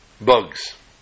bugs